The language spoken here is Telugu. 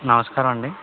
నమస్కారం అండి